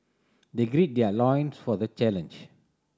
they gird their loins for the challenge